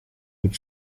gut